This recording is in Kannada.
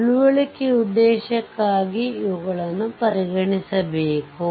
ತಿಳುವಳಿಕೆಯ ಉದ್ದೇಶಕ್ಕಾಗಿ ಇವುಗಳನ್ನು ಪರಿಗಣಿಸಬೇಕು